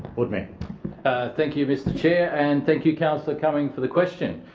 lord mayor thank you, mr chair, and thank you councillor cumming for the question.